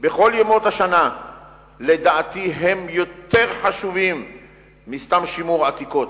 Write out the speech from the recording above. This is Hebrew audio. בכל ימות השנה הם לדעתי יותר חשובים מסתם שימור עתיקות,